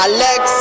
Alex